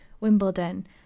wimbledon